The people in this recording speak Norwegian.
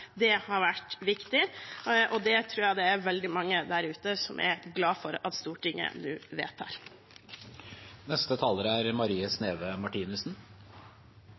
Det tror jeg det er veldig mange der ute som er glad for at Stortinget nå vedtar. Permitteringer er